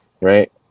right